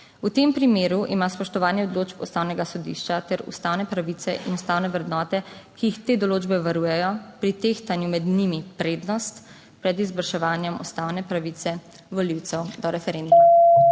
V tem primeru ima spoštovanje odločb Ustavnega sodišča ter ustavne pravice in ustavne vrednote, ki jih te določbe varujejo, pri tehtanju med njimi prednost pred izvrševanjem ustavne pravice volivcev do referenduma.